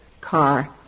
car